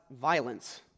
violence